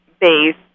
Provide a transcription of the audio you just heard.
base